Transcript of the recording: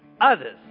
others